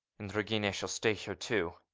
and regina shall stay here too.